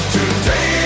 Today